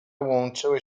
łączyły